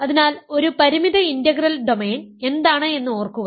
അതിനാൽ ഒരു പരിമിത ഇന്റഗ്രൽ ഡൊമെയ്ൻ എന്താണ് എന്ന് ഓർക്കുക